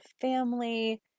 family